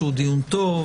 שהוא דיון טוב.